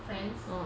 friends